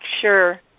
sure